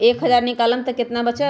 एक हज़ार निकालम त कितना वचत?